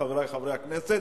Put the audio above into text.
חברי חברי הכנסת,